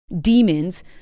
demons